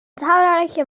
zahlreiche